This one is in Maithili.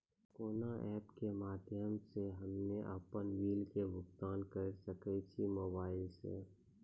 कोना ऐप्स के माध्यम से हम्मे अपन बिल के भुगतान करऽ सके छी मोबाइल से?